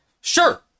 Sure